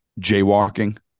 jaywalking